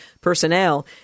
personnel